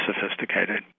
sophisticated